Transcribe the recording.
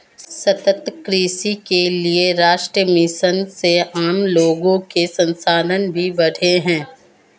सतत कृषि के लिए राष्ट्रीय मिशन से आम लोगो के संसाधन भी बढ़े है